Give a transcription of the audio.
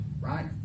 right